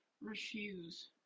refuse